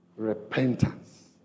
Repentance